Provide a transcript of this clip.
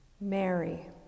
Mary